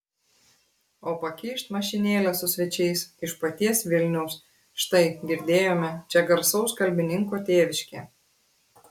o pakyšt mašinėlė su svečiais iš paties vilniaus štai girdėjome čia garsaus kalbininko tėviškė